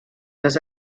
this